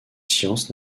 sciences